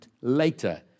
later